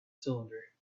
cylinder